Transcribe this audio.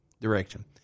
direction